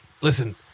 listen